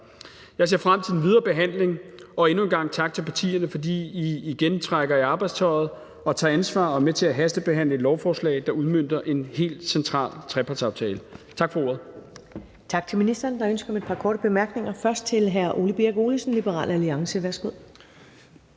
Jeg ser frem til den videre behandling, og endnu en gang tak til partierne, fordi I igen trækker i arbejdstøjet og tager ansvar og er med til at hastebehandle lovforslag, der udmønter en helt central trepartsaftale. Tak for ordet.